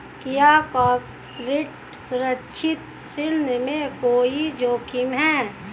क्या कॉर्पोरेट असुरक्षित ऋण में कोई जोखिम है?